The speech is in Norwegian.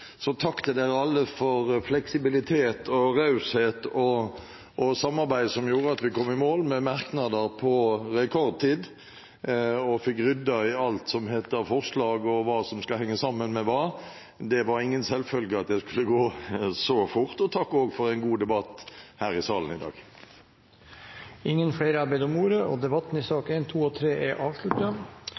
så takk til dere alle for fleksibilitet og raushet og samarbeid som gjorde at vi kom i mål med merknader på rekordtid og fikk ryddet i alt som heter forslag, og hva som skal henge sammen med hva. Det var ingen selvfølge at det skulle gå så fort. Takk også for en god debatt her i salen i dag. Flere har ikke bedt om ordet til sakene nr. 1, 2 og 3. Etter ønske fra familie- og